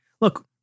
look